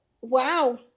wow